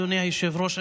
אדוני היושב-ראש,